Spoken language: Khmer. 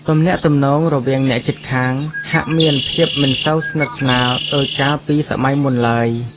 ទំនាក់ទំនងរវាងអ្នកជិតខាងហាក់មានភាពមិនសូវស្និទ្ធស្នាលដូចកាលពីសម័យមុនឡើយ។